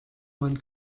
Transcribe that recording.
man